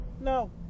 no